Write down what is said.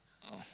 oh